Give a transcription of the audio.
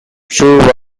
true